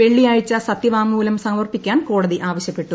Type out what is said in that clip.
വെള്ളിയാഴ്ച സത്യവാങ്മൂലം സമർപ്പിക്കാൻ കോടതി ആവശ്യപ്പെട്ടു